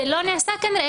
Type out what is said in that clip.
זה לא נעשה כנראה.